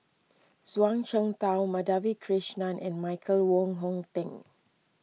Zhuang Shengtao Madhavi Krishnan and Michael Wong Hong Teng